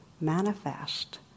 manifest